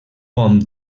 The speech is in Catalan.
bon